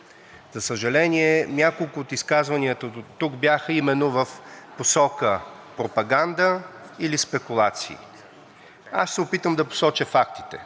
За съжаление, няколко от изказванията дотук бяха именно в посока пропаганда или спекулации. Ще се опитам да посоча фактите,